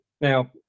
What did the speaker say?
Now